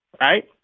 right